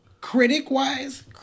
Critic-wise